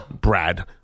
Brad